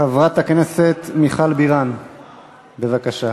חברת הכנסת מיכל בירן, בבקשה.